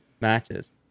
matches